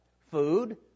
Food